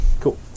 Cool